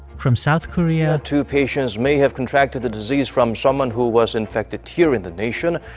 from south korea. two patients may have contracted the disease from someone who was infected here in the nation.